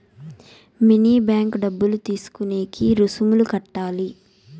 mini bank డబ్బులు తీసుకునేకి రుసుములు కట్టాలి